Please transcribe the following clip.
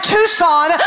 Tucson